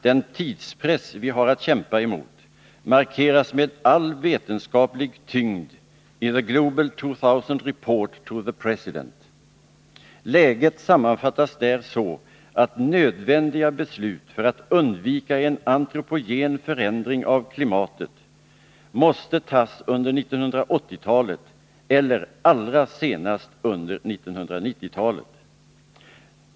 Den tidspress vi har att kämpa under markeras med all vetenskaplig tyngd i The Global 2000 Report to the President. Läget sammanfattas där så, att nödvändiga beslut för att undvika en antropogen förändring av klimatet måste fattas under 1980-talet eller allra senast under 1990-talet.